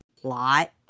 plot